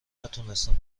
نتونستم